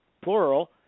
plural